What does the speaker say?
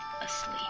asleep